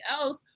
else